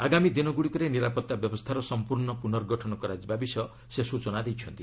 ଆଗାମୀ ଦିନଗୁଡ଼ିକରେ ନିରାପତ୍ତା ବ୍ୟବସ୍ଥାର ସମ୍ପର୍ଶ୍ଣ ପ୍ରନର୍ଗଠନ କରାଯିବା ବିଷୟ ସେ ସ୍ବଚନା ଦେଇଛନ୍ତି